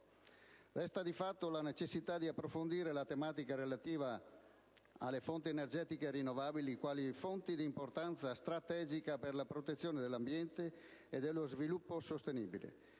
Resta di fatto la necessità di approfondire la tematica relativa alle fonti energetiche rinnovabili, quali fonti di importanza strategica per la protezione dell'ambiente e dello sviluppo sostenibile.